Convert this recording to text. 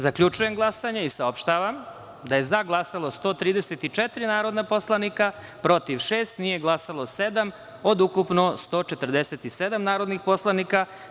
Zaključujem glasanje i saopštavam: za – 134 narodna poslanika, protiv – šest, nije glasalo sedam od ukupno 147 narodnih poslanika.